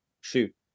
shoot